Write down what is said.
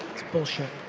bullshit.